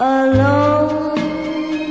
alone